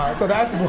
um so that's one.